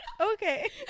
Okay